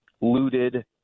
looted